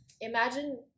imagine